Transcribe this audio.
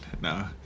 No